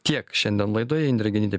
tiek šiandien laidoj indrė genytė